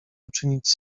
uczynić